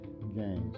games